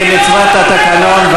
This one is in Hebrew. כמצוות התקנון,